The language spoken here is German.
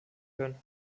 können